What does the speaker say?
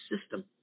system